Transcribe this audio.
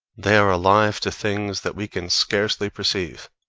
they are alive to things that we can scarcely perceive.